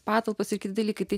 patalpos ir kiti dalykai tai